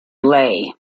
lay